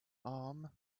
arm